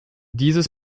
dieses